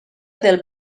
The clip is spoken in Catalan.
del